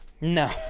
No